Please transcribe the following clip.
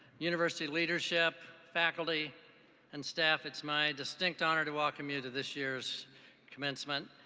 university leadership, faculty and staff, it's my distinct honor to welcome you to this year's commencement.